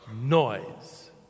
noise